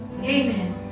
Amen